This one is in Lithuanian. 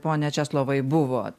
pone česlovai buvo